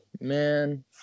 man